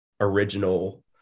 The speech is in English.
original –